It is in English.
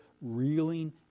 reeling